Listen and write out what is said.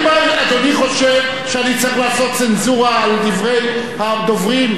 האם אדוני חושב שאני צריך לעשות צנזורה על דברי הדוברים?